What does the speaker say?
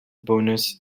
bonus